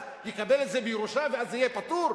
יקבל את זה בירושה ואז זה יהיה פטור?